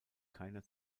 keiner